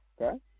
okay